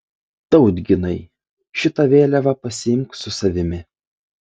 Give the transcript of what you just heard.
tautginai šitą vėliavą pasiimk su savimi